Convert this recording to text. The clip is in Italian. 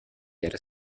era